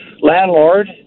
landlord